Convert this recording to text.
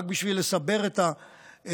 רק בשביל לסבר את האוזן,